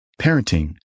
parenting